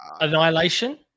Annihilation